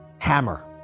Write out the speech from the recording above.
hammer